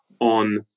on